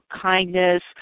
kindness